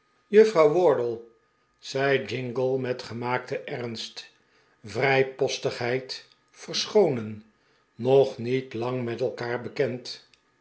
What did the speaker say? juffrouw wardle zei jingle met geinaakten ernst vrijpostigheid verschoonen nog niet lang met elkander bekend